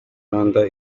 rwanda